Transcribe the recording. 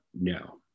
No